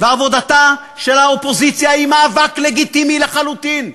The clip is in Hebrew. ועבודתה של האופוזיציה היא מאבק לגיטימי לחלוטין.